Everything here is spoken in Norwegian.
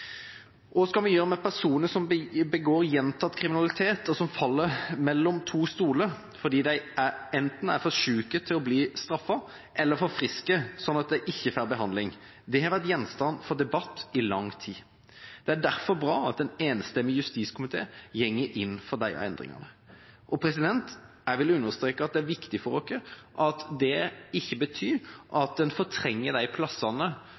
vi skal gjøre med personer som gjentakende begår kriminalitet, og som faller mellom to stoler fordi de enten er for syke til å bli straffet, eller er for friske, slik at de ikke får behandling? Det har vært gjenstand for debatt i lang tid. Det er derfor bra at en enstemmig justiskomité går inn for disse endringene. Jeg vil understreke at det er viktig for oss at det ikke betyr at en fortrenger de plassene